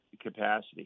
capacity